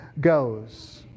goes